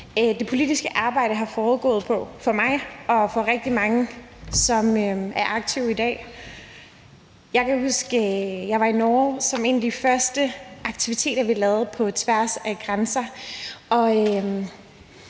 det politiske arbejde har foregået på for mig og for rigtig mange, som er aktive i dag. Jeg kan huske, at jeg var i Norge for at lave en aktivitet, som var en af de første aktiviteter, vi lavede på tværs af grænser.